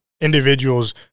individuals